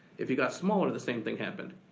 if you got smaller, the same thing happened.